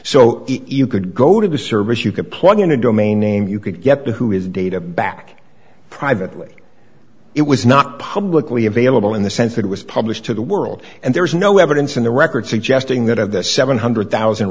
so you could go to a service you could plug in a domain name you could get who is data back privately it was not publicly available in the sense that it was published to the world and there is no evidence in the record suggesting that of the seven hundred thousand